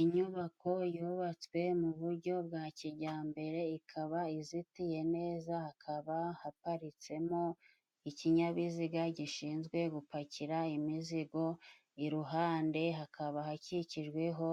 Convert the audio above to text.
Inyubako yubatswe mu buryo bwa kijyambere, ikaba izitiye neza, hakaba haparitsemo ikinyabiziga gishinzwe gupakira imizigo, iruhande hakaba hakikijweho